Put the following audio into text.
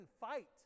fight